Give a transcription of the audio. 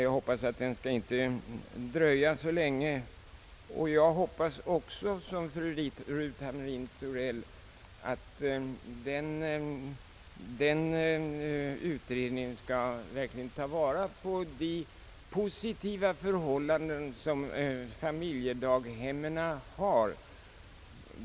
Jag hoppas dock att den inte skall dröja så länge samt, som fru Hamrin-Thorell sade, att den utredningen verkligen skall ta vara på de positiva värden som familjedaghemmen har.